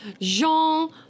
Jean